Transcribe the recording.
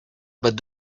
but